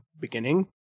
beginning